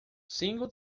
cinco